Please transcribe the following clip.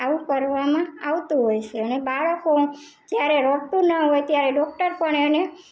આવું કરવામાં આવતું હોય છે અને બાળકો જ્યારે રડતું ના હોય ત્યારે ડૉક્ટર પણ એને